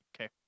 Okay